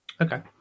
Okay